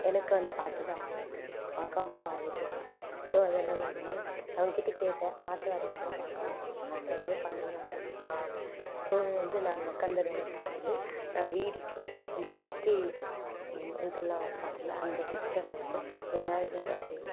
எனக்கு வந்து பார்த்து தான் வரைய தெரியும் பார்க்காமலாம் வரையத் தெரியாது ஸோ அதனால வந்து அவங்ககிட்ட கேட்டேன் பார்த்து வரையலாமா பார்க்காம வரையலாமான்னு எதையாவது பண்ணுங்க அப்படின்னு சொன்னாங்க ஸோ வந்து நாங்கள் உட்காந்த இடத்துல வந்து வீடு கிட்டே அந்த டிஷ்டி இதெல்லாம் வைப்பாங்கல்ல அந்த பிக்ச்சரில் வந்து விநாயகர் அப்படின்